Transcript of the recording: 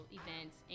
events